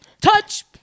touch